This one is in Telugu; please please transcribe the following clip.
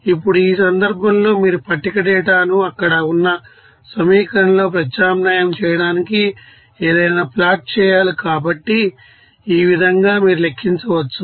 ఇప్పుడు ఈ సందర్భంలో మీరు పట్టిక డేటాను అక్కడ ఉన్న సమీకరణంలో ప్రత్యామ్నాయం చేయడానికి ఏదైనా ప్లాట్ చేయాలి కాబట్టి ఈ విధంగా మీరు లెక్కించవచ్చు